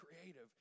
creative